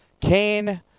Kane